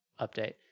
update